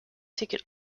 ticket